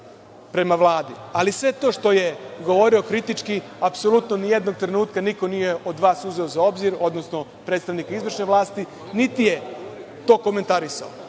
prema Vladi, ali sve to što je govorio kritički apsolutno ni jednog trenutka niko nije od vas uzeo za obzir, odnosno predstavnik izvršne vlasti, niti je to komentarisao,